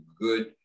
good